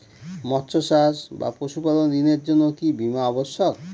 মৎস্য চাষ বা পশুপালন ঋণের জন্য কি বীমা অবশ্যক?